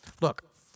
look